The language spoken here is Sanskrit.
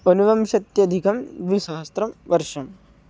ऊनविंशत्यधिकं द्विसहस्रं वर्षम्